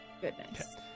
goodness